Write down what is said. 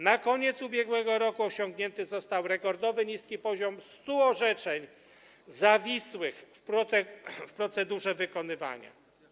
Na koniec ubiegłego roku osiągnięty został rekordowo niski poziom 100 orzeczeń zawisłych w procedurze wykonywania.